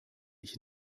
ich